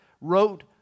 wrote